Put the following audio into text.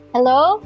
hello